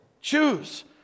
Choose